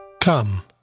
Come